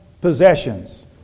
Possessions